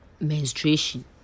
menstruation